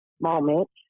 moments